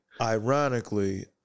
Ironically